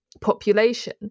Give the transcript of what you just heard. population